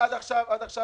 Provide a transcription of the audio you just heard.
עד עכשיו